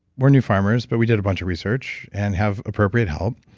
we're new farmers. but we did a bunch of research and have appropriate help,